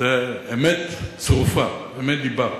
זו אמת צרופה, אמת דיברת.